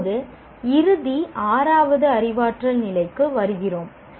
இப்போது இறுதி ஆறாவது அறிவாற்றல் நிலைக்கு வருகிறோம்